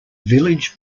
village